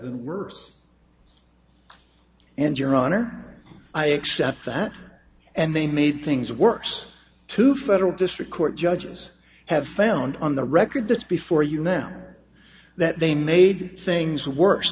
or worse and your honor i accept that and they made things worse two federal district court judges have found on the record that's before you now that they made things worse